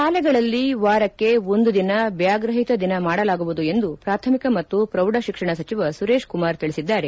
ಶಾಲೆಗಳಲ್ಲಿ ವಾರಕ್ಕೆ ಒಂದು ದಿನ ಬ್ಯಾಗ್ ರಹಿತ ದಿನ ಮಾಡಲಾಗುವುದು ಎಂದು ಪ್ರಾಥಮಿಕ ಮತ್ತು ಪ್ರೌಢ ಶಿಕ್ಷಣ ಸಚಿವ ಸುರೇಶ್ ಕುಮಾರ್ ತಿಳಿಸಿದ್ದಾರೆ